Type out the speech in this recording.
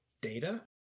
data